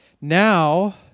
Now